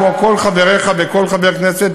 כמו כל חבריך וכל חבר כנסת,